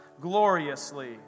Gloriously